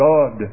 God